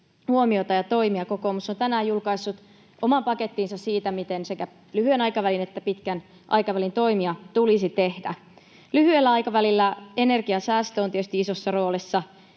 huomiota ja toimia. Kokoomus on tänään julkaissut oman pakettinsa siitä, miten sekä lyhyen aikavälin että pitkän aikavälin toimia tulisi tehdä. Lyhyellä aikavälillä energiansäästö on tietysti isossa roolissa,